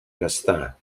gastar